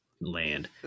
land